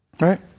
right